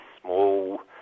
small